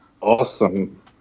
awesome